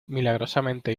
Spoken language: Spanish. milagrosamente